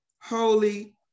holy